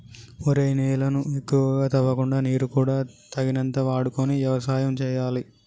ఒరేయ్ నేలను ఎక్కువగా తవ్వకుండా నీరు కూడా తగినంత వాడుకొని యవసాయం సేయాలి